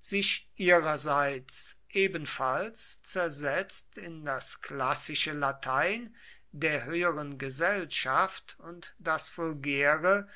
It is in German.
sich ihrerseits ebenfalls zersetzt in das klassische latein der höheren gesellschaft und das vulgäre